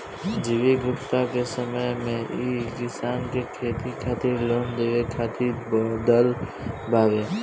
G V Gupta के समय मे ई किसान के खेती खातिर लोन देवे खातिर बनल बावे